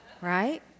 Right